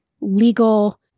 legal